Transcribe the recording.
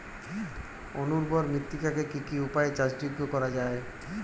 অনুর্বর মৃত্তিকাকে কি কি উপায়ে চাষযোগ্য করা যায়?